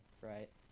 right